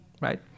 right